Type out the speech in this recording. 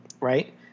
right